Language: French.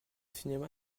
cinéma